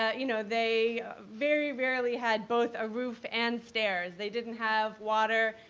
you know, they very rarely had both a roof and stairs, they didn't have water,